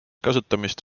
kasutamist